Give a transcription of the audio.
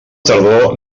tardor